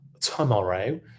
tomorrow